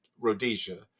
Rhodesia